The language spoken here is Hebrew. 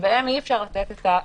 שבהם אי-אפשר לתת את האקסטרה.